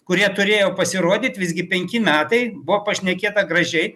kurie turėjo pasirodyt visgi penki metai buvo pašnekėta gražiai